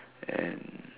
and